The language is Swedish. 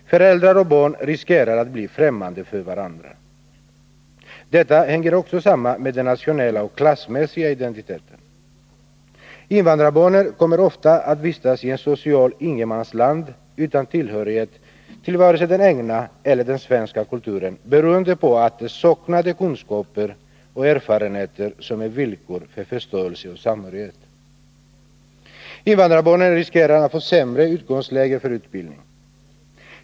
Föräldrar och barn riskerar att bli fftämmande för varandra. Detta hänger också samman med den nationella och klassmässiga identiteten. Invandrarbarnen kommer ofta att vistas i ett socialt ingenmansland utan tillhörighet till vare sig den egna eller den svenska kulturen, beroende på att de saknar de kunskaper och erfarenheter som är villkor för förståelse och samhörighet. Invandrarbarnen riskerar att få sämre utgångsläge för utbildning.